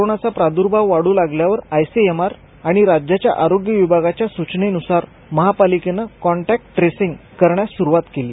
करोनाचा प्रादुर्भाव वाढू लागल्यावर आयसीएमआर आणि राज्याच्या आरोग्य विभागाच्या सूचनेनुसार महापालिकेनं कॉन्टॅक्ट ट्रेसिंग करण्यास सुरुवात केली